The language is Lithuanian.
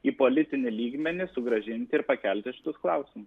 į politinį lygmenį sugrąžinti ir pakelti šitus klausimus